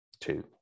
two